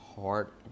heart